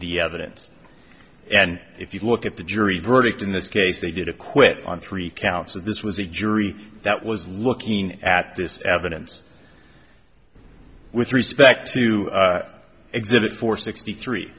evidence and if you look at the jury verdict in this case they did a quick on three counts of this was a jury that was looking at this evidence with respect to exhibit four sixty three